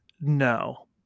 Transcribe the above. No